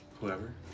whoever